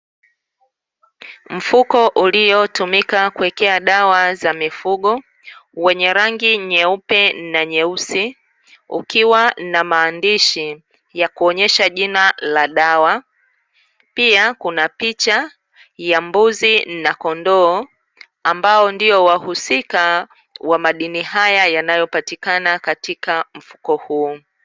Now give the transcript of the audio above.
Mfuko uliotumika kuwekea dawa za mifugo, wenye rangi nyeupe na nyeusi ukiwa na maandishi ya kuonyesha jina la dawa, pia kuna picha ya mbuzi na kondoo ambao ndio wahusika wa madini haya yanayopatikana katika mfuko huu.